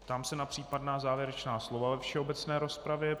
Ptám se na případná závěrečná slova ve všeobecné rozpravě.